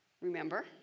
remember